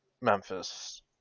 Memphis